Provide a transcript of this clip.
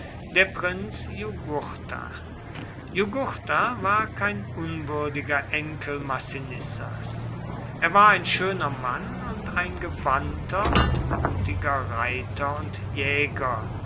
der prinz jugurtha jugurtha war kein unwürdiger enkel massinissas er war ein schöner mann und ein gewandter und mutiger reiter und jäger